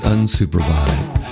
Unsupervised